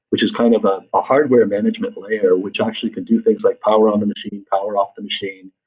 which is kind of ah a hardware management layer, which actually can do things like power on the machine, power off the machine,